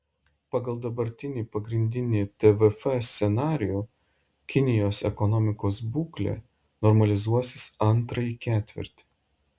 pagal dabartinį pagrindinį tvf scenarijų kinijos ekonomikos būklė normalizuosis antrąjį ketvirtį